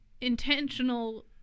intentional